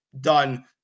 done